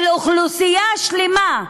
של אוכלוסייה שלמה,